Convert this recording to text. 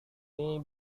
ini